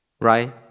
Right